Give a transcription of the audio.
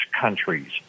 countries